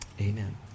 Amen